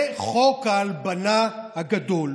זה חוק ההלבנה הגדול.